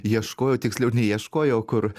ieškojau tiksliau neieškojau kur